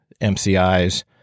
MCIs